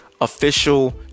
official